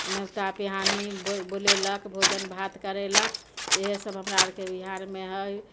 न्योता पिहानी बोलेलक भोजन भात करेलक इएह सभ हमरा आरके बिहारमे हइ